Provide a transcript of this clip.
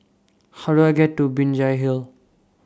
How Do I get to Binjai Hill